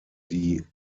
die